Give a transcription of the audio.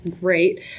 great